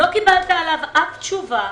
לא קיבלת עליו אף תשובה.